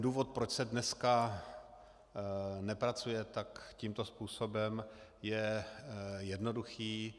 Důvod, proč se dneska nepracuje tímto způsobem, je jednoduchý.